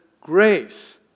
grace